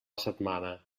setmana